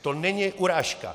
To není urážka.